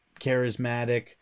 charismatic